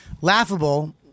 Laughable